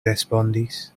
respondis